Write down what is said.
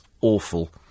awful